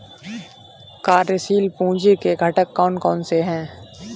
कार्यशील पूंजी के घटक कौन कौन से हैं?